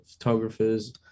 photographers